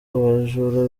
abajura